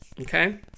Okay